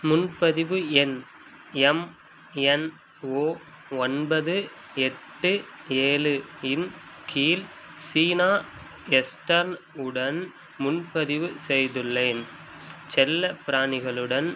முன்பதிவு எண் M N O ஒன்பது எட்டு ஏழு இன் கீழ் சீனா எஸ்டர்ன் உடன் முன்பதிவு செய்துள்ளேன் செல்லப்பிராணிகளுடன்